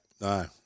No